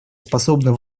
способна